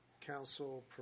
council